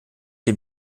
dem